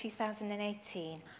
2018